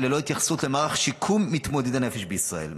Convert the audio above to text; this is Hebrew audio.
ללא התייחסות למערך שיקום מתמודדי הנפש בישראל,